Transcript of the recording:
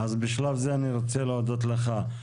אני רוצה להודות לך.